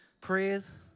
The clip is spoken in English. prayers